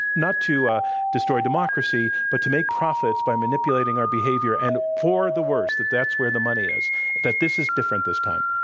not to ah destroy democracy, but to make profits by manipulating our behavior, and for the worse that that's where the money is that this is different this time.